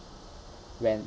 when